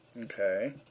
Okay